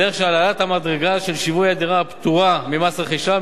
בדרך של העלאת המדרגה של שווי הדירה הפטורה ממס רכישה,